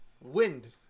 Wind